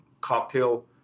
cocktail